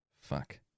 Fuck